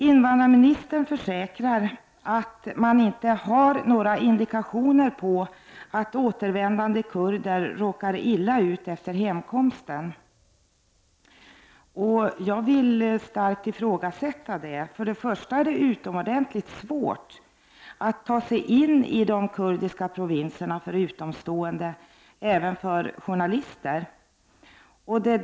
Invandrarministern försäkrar att det inte finns några indikationer på att återvändande kurder rådar illa ut efter hemkomsten. Jag vill starkt ifrågasätta detta, eftersom det är utomordentligt svårt för utomstående, även för journalister, att ta sig in i de kurdiska provinserna.